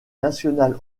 nationale